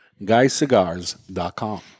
guyscigars.com